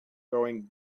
going